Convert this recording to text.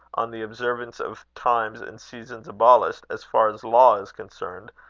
on the observance of times and seasons, abolished, as far as law is concerned,